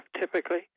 typically